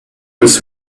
with